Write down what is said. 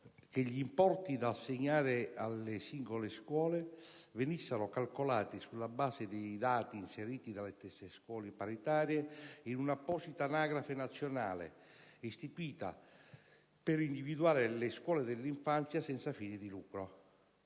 che gli importi da assegnare alle singole scuole venissero calcolati sulla base dei dati inseriti dalle stesse scuole paritarie in una apposita anagrafe nazionale, istituita per individuare le scuole dell'infanzia senza fini di lucro.